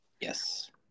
Yes